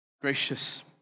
Gracious